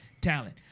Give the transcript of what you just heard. talent